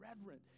reverent